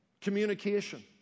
communication